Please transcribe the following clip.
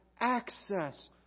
access